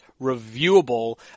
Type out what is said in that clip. reviewable